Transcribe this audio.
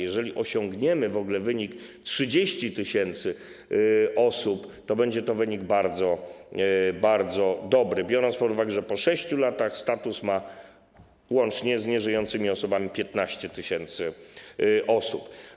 Jeżeli osiągniemy w ogóle wynik 30 tys. osób, to będzie to wynik bardzo dobry, biorąc pod uwagę, że po 6 latach status ma, łącznie z nieżyjącymi osobami, 15 tys. osób.